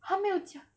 他没有讲